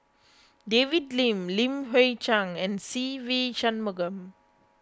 David Lim Li Hui Cheng and Se Ve Shanmugam